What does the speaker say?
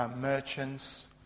merchants